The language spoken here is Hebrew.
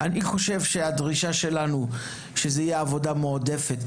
הדרישה שלנו שזו תהיה עבודה מועדפת,